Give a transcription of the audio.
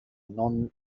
non